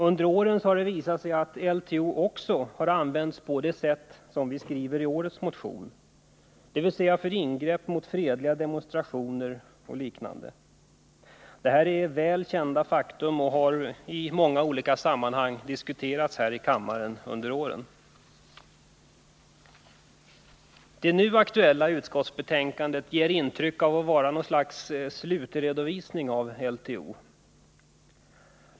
, Under åren har det visat sig att LTO också använts på det sätt som vi skriver om i årets motion, dvs. för ingrepp mot fredliga demonstrationer och liknande. Det är väl kända fakta, och de har i många olika sammanhang diskuterats här i kammaren under åren. Det nu aktuella utskottsbetänkandet ger intryck av att vara något slags slutredovisning för LTO.